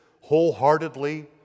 wholeheartedly